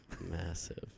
Massive